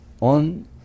on